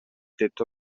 tetto